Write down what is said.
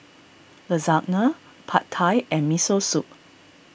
Lasagna Pad Thai and Miso Soup